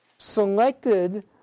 selected